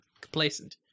complacent